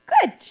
Good